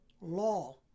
law